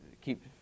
keep